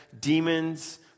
demons